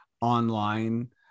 online